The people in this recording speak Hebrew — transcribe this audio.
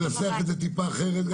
אנסח את זה טיפה אחרת,